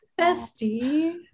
Bestie